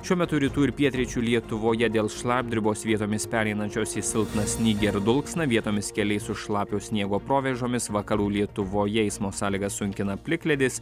šiuo metu rytų ir pietryčių lietuvoje dėl šlapdribos vietomis pereinančios į silpną snygį ar dulksną vietomis keliai su šlapio sniego provėžomis vakarų lietuvoje eismo sąlygas sunkina plikledis